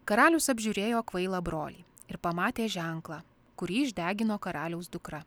karalius apžiūrėjo kvailą brolį ir pamatė ženklą kurį išdegino karaliaus dukra